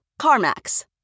CarMax